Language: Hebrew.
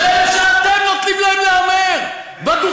של אלה שאתם נותנים להם להמר בדוכנים,